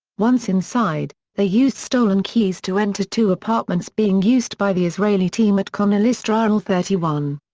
once inside, they used stolen keys to enter two apartments being used by the israeli team at connollystrasse thirty one.